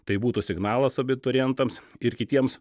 tai būtų signalas abiturientams ir kitiems